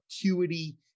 acuity